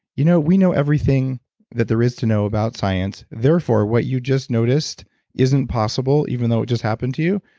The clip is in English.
you know, we know everything that there is to know about science therefore what you just noticed isn't possible even though it just happened to you.